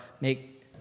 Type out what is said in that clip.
make